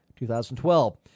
2012